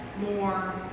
more